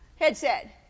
Headset